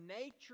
nature